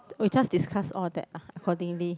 we just discuss all that lah accordingly